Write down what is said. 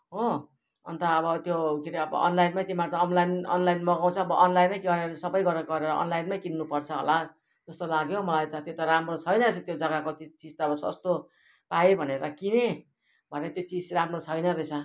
हो अन्त अब त्यो के अरे अनलाइनमै तिमीहरू त अनलाइन अनलाइन मगाउँछौ अनलाइनमै सबै गर गरेर अनलाइनमै किन्नुपर्छ होला जस्तो लाग्यो मलाई त त्यो राम्रो छैन रहेछ त्यो जग्गाको चिज त अब सस्तो पाएँ भनेर किनेँ भरे त चिज राम्रो छैन रहेछ